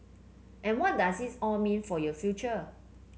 and what does it all mean for your future